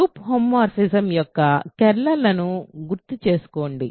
group homomorphism యొక్క కెర్నల్ను గుర్తుకు తెచ్చుకోండి